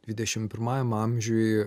dvidešim pirmajam amžiuj